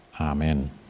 Amen